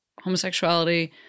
homosexuality